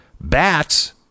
Bats